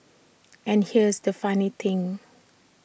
and here's the funny thing